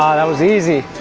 um that was easy!